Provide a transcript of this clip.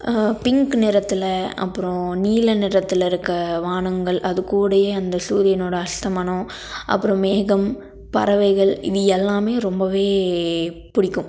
pink நிறத்தில் அப்புறம் நீல நிறத்தில் இருக்க வானங்கள் அது கூடயே அந்த சூரியனோடய அஸ்தமனம் அப்புறம் மேகம் பறவைகள் இது எல்லாமே ரொம்பவே பிடிக்கும்